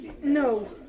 No